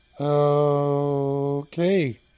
Okay